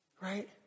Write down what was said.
Right